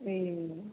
ए